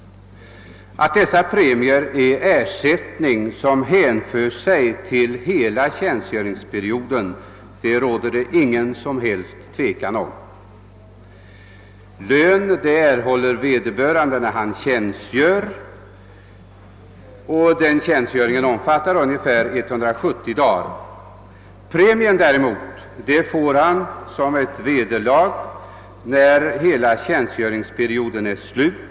Att dessa premier är ersättning som hänför sig till hela tjänstgöringsperioden råder det ingen som helst tvekan om. Lön erhåller vederbörande när han tjänstgör. Tjänstgöringen omfattar ungefär 170 dagar. Premien däremot får han som ett vederlag, när hela tjänstgöringsperioden är slut.